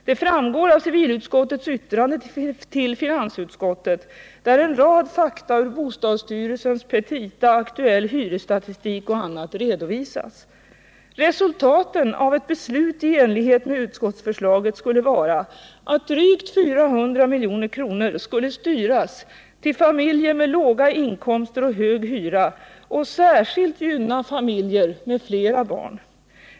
Detta framgår av civilutskottets yttrande till finansutskottet, där en rad fakta ur bostadsstyrelsens petita, aktuell hyresstatistik och annat redovisas. Resultatet av ett beslut i enlighet med utskottsförslaget skulle vara att drygt 400 milj.kr. skulle styras till familjer med låga inkomster och hög hyra och särskilt gynna familjer med flera barn.